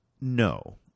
No